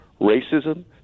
racism